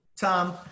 Tom